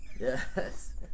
Yes